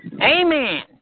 Amen